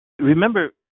Remember